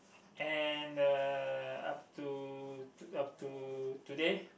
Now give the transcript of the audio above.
and uh up to up to today